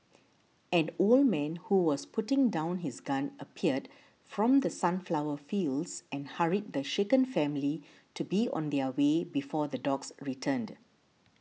an old man who was putting down his gun appeared from the sunflower fields and hurried the shaken family to be on their way before the dogs returned